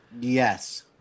Yes